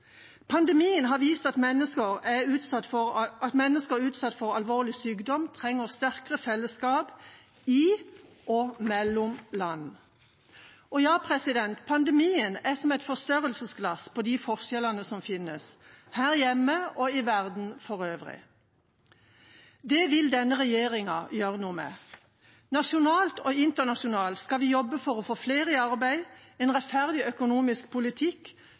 Pandemien har vist at mennesker utsatt for alvorlig sykdom trenger sterkere fellesskap i og mellom land. Og pandemien er som et forstørrelsesglass på de forskjellene som finnes, her hjemme og i verden for øvrig. Det vil denne regjeringa gjøre noe med. Nasjonalt og internasjonalt skal vi jobbe for å få flere i arbeid, en rettferdig økonomisk politikk, gode og velfungerende velferdstjenester og en klimapolitikk som mange slutter opp . Det er nødvendig med en politikk